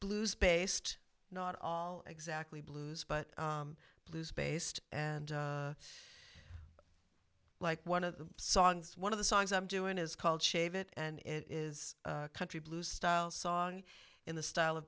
blues based not all exactly blues but blues based and like one of the songs one of the songs i'm doing is called shave it and it is country blues style song in the style of